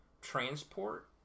transport